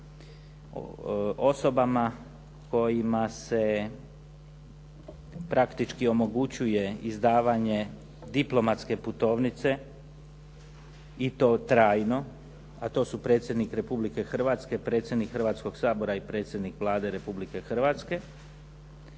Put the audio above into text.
osobama kojima se praktički omogućuje izdavanje diplomatske putovnice i to trajno, a to su predsjednik Republike Hrvatske, predsjednik Hrvatskog sabora i predsjednik Vlade Republike Hrvatske,